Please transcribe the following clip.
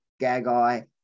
Gagai